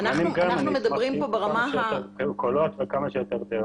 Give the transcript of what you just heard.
אני אשמח שיהיו פה כמה שיותר קולות וכמה שיותר דעות.